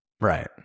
Right